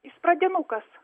jis pradinukas